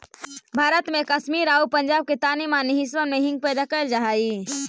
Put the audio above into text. भारत में कश्मीर आउ पंजाब के तानी मनी हिस्सबन में हींग पैदा कयल जा हई